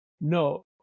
No